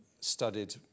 studied